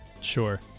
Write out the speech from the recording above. Sure